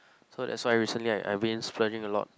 so that's why recently I I been splurging a lot